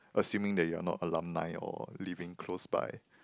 assuming that you're not alumni or living close by